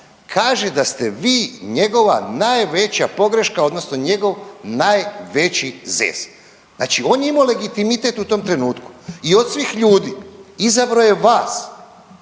kaže da ste vi njegova najveća pogreška odnosno njegov najveći zez. Znači on je imao legitimitet u tom trenutku i od svih ljudi izabrao je vas